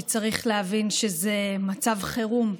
כי צריך להבין שזה מצב חירום.